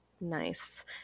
Nice